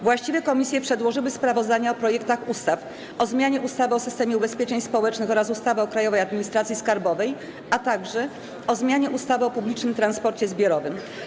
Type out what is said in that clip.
Właściwe komisje przedłożyły sprawozdania o projektach ustaw: - o zmianie ustawy o systemie ubezpieczeń społecznych oraz ustawy o Krajowej Administracji Skarbowej, - o zmianie ustawy o publicznym transporcie zbiorowym.